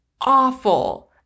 awful